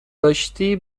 داشتی